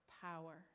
power